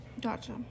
gotcha